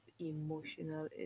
emotional